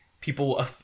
people